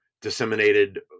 disseminated